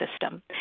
system